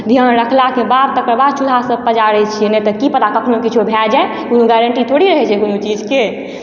ध्यान राखलके बाद तकर बाद चूल्हा सभ पजारै छियै नहि तऽ की पता कखनो किछो भए जाइ कुनू गाइरेन्टी थोड़ी रहै छै कोनो चीजके